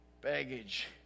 baggage